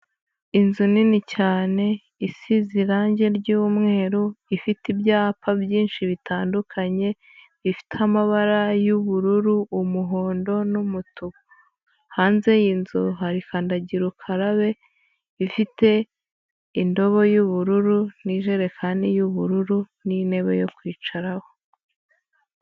Inzu nini cyane isize irangi ry'umweru, ifite ibyapa byinshi bitandukanye, ifite amabara y'ubururu, umuhondo n'umutuku, hanze y'inzu hari kandagira ukarabe ifite indobo y'ubururu n'ijerekani y'ubururu n'intebe yo kwicaraho.